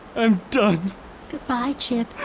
i'm done goodbye, chip.